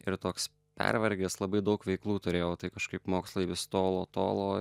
ir toks pervargęs labai daug veiklų turėjau tai kažkaip mokslai vis tolo tolo